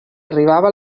arribava